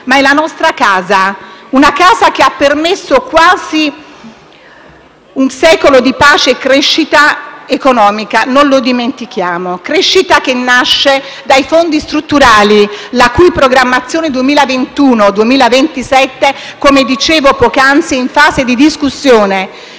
ma è la nostra casa; una casa che ha permesso quasi un secolo di pace e crescita economica, non lo dimentichiamolo. Tale crescita nasce dai fondi strutturali, la cui programmazione 2021-2027 - come dicevo poc'anzi - è in fase di discussione.